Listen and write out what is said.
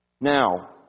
Now